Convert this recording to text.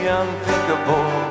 unthinkable